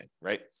right